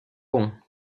bon